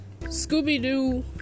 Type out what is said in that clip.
Scooby-Doo